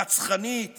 רצחנית